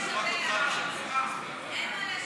אדוני סגן השר, אין מה לשבח.